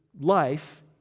Life